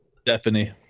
Stephanie